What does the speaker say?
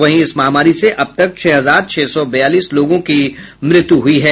वहीं इस महामारी से अबतक छह हजार छह सौ बयालीस लोगों की मृत्यु हुई है